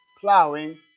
plowing